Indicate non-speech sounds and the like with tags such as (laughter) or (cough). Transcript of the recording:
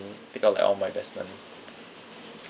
take out like all my investments (noise)